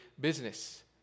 business